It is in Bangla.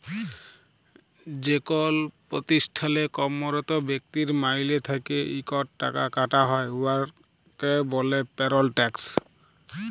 যেকল পতিষ্ঠালে কম্মরত ব্যক্তির মাইলে থ্যাইকে ইকট টাকা কাটা হ্যয় উয়াকে ব্যলে পেরল ট্যাক্স